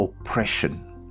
oppression